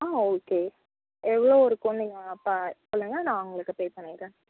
ஆ okay எவ்வளோ இருக்குதுன்னு நீங்கள் சொல்லுங்கள் நான் உங்களுக்கு பே பண்ணிடுறேன்